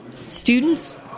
students